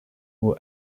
who